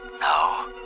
No